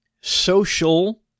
social